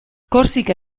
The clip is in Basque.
korsika